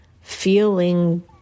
feeling